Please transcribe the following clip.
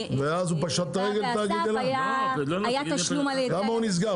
התאגיד- -- למה נסגר?